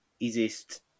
Easiest